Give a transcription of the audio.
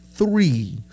Three